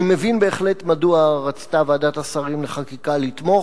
אני מבין בהחלט מדוע רצתה ועדת השרים לחקיקה לתמוך,